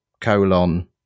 colon